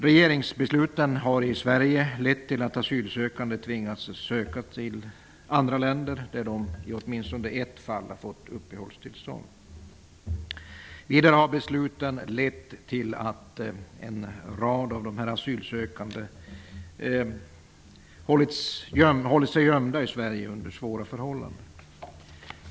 Regeringsbesluten i Sverige har lett till att asylsökande har tvingats söka sig till andra länder, där de åtminstone i ett fall har fått uppehållstillstånd. Vidare har besluten lett till att en rad av de asylsökande har hållit sig gömda i Sverige under svåra förhållanden.